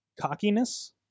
cockiness